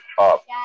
up